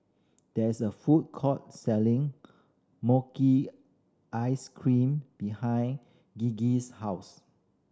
there is a food court selling ice cream behind Gigi's house